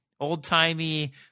old-timey